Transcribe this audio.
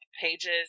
pages